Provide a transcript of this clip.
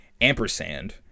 ampersand